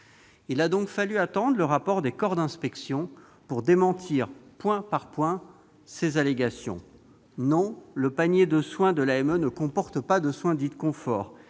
Il a donc fallu attendre le rapport des corps d'inspection pour démentir, point par point, ces allégations. Non, le panier de soins de l'AME ne comporte pas de soins dit « de confort